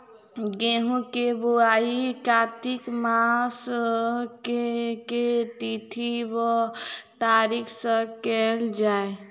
गेंहूँ केँ बोवाई कातिक मास केँ के तिथि वा तारीक सँ कैल जाए?